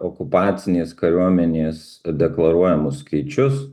okupacinės kariuomenės deklaruojamus skaičius